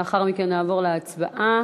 לאחר מכן נעבור להצבעה